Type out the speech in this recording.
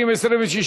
2015, נתקבלה.